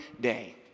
day